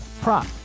prop